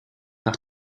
nach